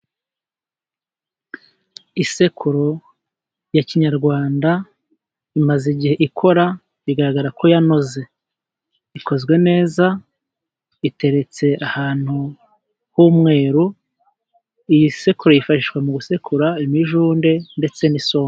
Isekuru ya kinyarwanda imaze igihe ikora. Bigaragara ko yanoze. Ikozwe neza, iteretse ahantu h'umweru. Iyi sekuru yifashishwa mu gusekura imijunde ndetse n'isombe.